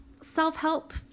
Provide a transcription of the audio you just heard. self-help